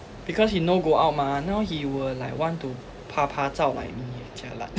because he know go out mah no he will like want to papazhao like me jialat